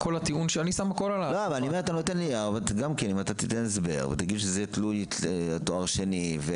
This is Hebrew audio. --- אם תיתן הסבר ותגיד שזה תלוי תואר שני,